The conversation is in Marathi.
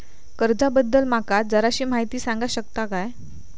कर्जा बद्दल माका जराशी माहिती सांगा शकता काय?